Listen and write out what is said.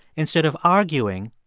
instead of arguing,